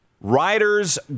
Riders